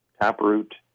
taproot